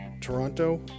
Toronto